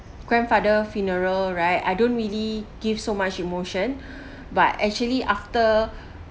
grandfather funeral right I don't really give so much emotion but actually after